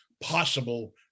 possible